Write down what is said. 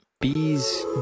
bees